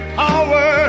power